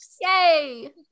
yay